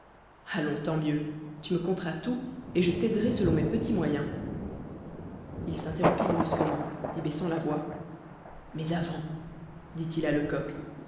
allons tant mieux tu me conteras tout et je t'aiderai selon mes petits moyens il s'interrompit brusquement et baissant la voix mais avant dit-il à lecoq